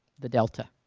the delta.